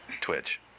twitch